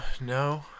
No